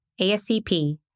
ASCP